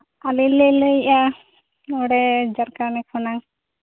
ᱟᱞᱮ ᱞᱮ ᱞᱟᱹᱭᱮᱜᱼᱟ ᱱᱚᱰᱮ ᱡᱷᱟᱲᱠᱷᱚᱸᱰ ᱠᱷᱚᱱᱟᱝ